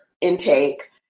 intake